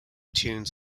tunes